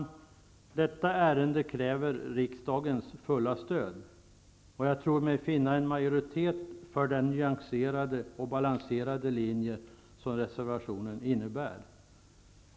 Detta ärende kräver riksdagens fulla stöd, och jag tror mig finna en majoritet för den nyanserade och balanserade linje som reservationen innebär.